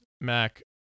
Mac